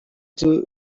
دوشم